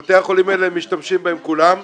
בבתי החולים האלה משתמשים כולם,